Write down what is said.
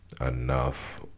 enough